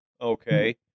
Okay